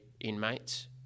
inmates